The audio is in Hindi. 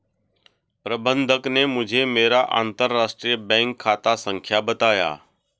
प्रबन्धक ने मुझें मेरा अंतरराष्ट्रीय बैंक खाता संख्या बताया